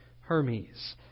Hermes